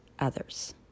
others